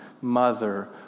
mother